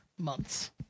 months